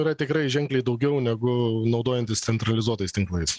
yra tikrai ženkliai daugiau negu naudojantis centralizuotais tinklais